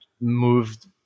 moved